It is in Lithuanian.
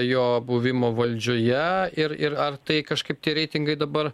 jo buvimo valdžioje ir ir ar tai kažkaip tie reitingai dabar